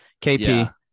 KP